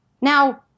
Now